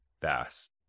fast